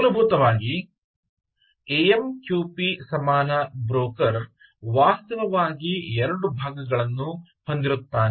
ಮೂಲಭೂತವಾಗಿ ಎಎಮ್ಕ್ಯುಪಿ ಸಮಾನ ಬ್ರೋಕರ್ ವಾಸ್ತವವಾಗಿ 2 ಭಾಗಗಳನ್ನು ಹೊಂದಿರುತ್ತಾನೆ